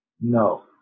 no